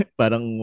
parang